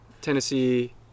Tennessee